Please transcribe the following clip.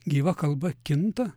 gyva kalba kinta